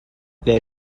les